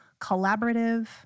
collaborative